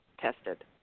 tested